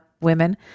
women